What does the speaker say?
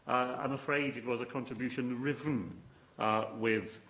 i'm afraid it was a contribution riven with